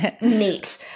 Neat